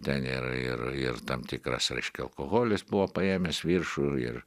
ten ir ir ir tam tikras reiškia alkoholis buvo paėmęs viršų ir